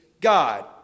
God